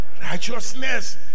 Righteousness